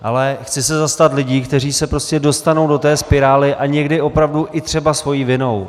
Ale chci se zastat lidí, kteří se prostě dostanou do té spirály a někdy opravdu i třeba svou vinou.